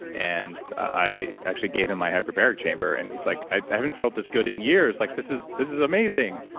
and i actually gave him my hyperbaric chamber, and he's like, i haven't felt this good in years, like this is this is amazing.